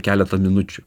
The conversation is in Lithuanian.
keletą minučių